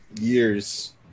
years